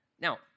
Now